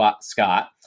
Scott